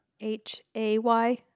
H-A-Y